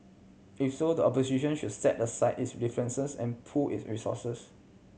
if so the opposition should set aside its differences and pool its resources